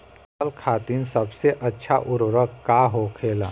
फसल खातीन सबसे अच्छा उर्वरक का होखेला?